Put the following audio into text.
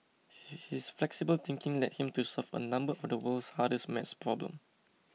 his flexible thinking led him to solve a number of the world's hardest math problems